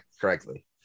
correctly